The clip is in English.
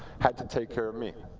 had to take care of me.